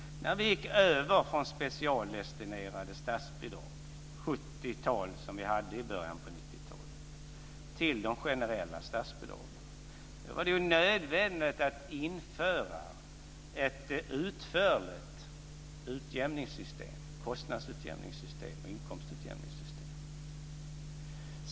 När vi gick över från specialdestinerade statsbidrag, ett sjuttiotal som vi hade i början av 90-talet, till de generella statsbidragen var det ju nödvändigt att införa ett utförligt kostnadsutjämningssystem och inkomstutjämningssystem.